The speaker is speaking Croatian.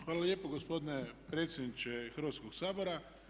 Hvala lijepo gospodine predsjedniče Hrvatskoga sabora.